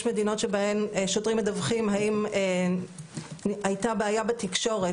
יש מדינות שבהן שוטרים מדווחים האם הייתה בעיה בתקשורת,